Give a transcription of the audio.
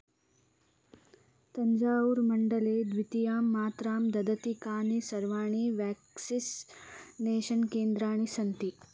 तञ्जावूर्मण्डले द्वितीयां मात्रां ददति कानि सर्वाणि व्याक्सिस्नेषन् केन्द्राणि सन्ति